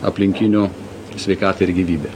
aplinkinių sveikatą ir gyvybę